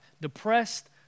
depressed